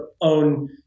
own